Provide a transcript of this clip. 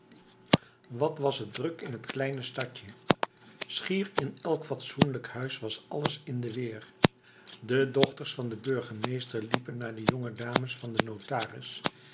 wat was het druk in het kleine stadje schier in elk fatsoenlijk huis was alles in de weer de dochters van den burgemeester liepen naar de jonge dames van den notaris